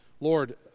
Lord